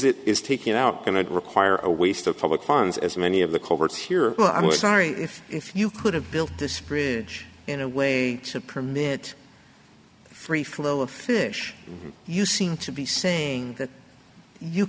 it is taking out going to require a waste of public funds as many of the culverts here i'm sorry if if you could have built this bridge in a way to per minute free flow of fish you seem to be saying that you